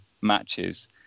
matches